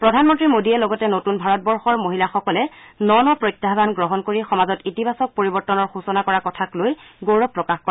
প্ৰধানমন্ত্ৰী মোদীয়ে লগতে নতুন ভাৰতবৰ্ষৰ মহিলাসকলে ন ন প্ৰত্যাহান গ্ৰহণ কৰি সমাজত ইতিবাচক পৰিবৰ্তনৰ সূচনা কৰা কথাক লৈ গৌৰৱ প্ৰকাশ কৰে